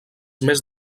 més